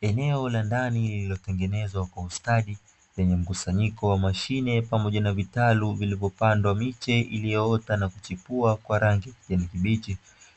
Eneo la ndani lililotengenezwa kwa ustadi lenye mkusanyiko wa mashine pamoja na vitalu, vilivyopandwa miche iliyoota na kuchipua kwa rangi ya kijani kibichi;